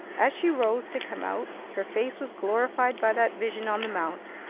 as she rose to come out, her face was glorified by that vision on the mount.